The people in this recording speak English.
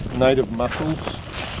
native mussels.